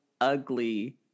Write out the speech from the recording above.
ugly